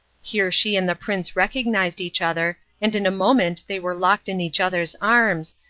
here she and the prince recognised each other, and in a moment they were locked in each other's arms,